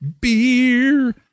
Beer